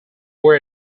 were